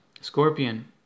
scorpion